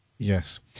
yes